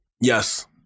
Yes